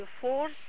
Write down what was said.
force